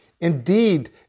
Indeed